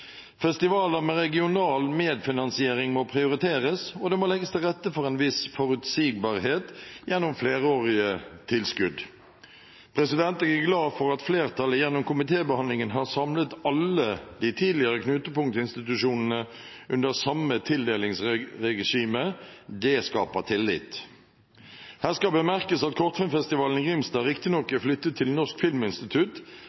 en viss forutsigbarhet gjennom flerårige tilskudd. Jeg er glad for at flertallet gjennom komitébehandlingen har samlet alle de tidligere knutepunktinstitusjonene under samme tildelingsregime. Det skaper tillit. Her skal bemerkes at Kortfilmfestivalen i Grimstad riktignok er flyttet til Norsk filminstitutt,